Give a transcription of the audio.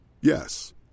Yes